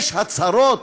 יש הצהרות,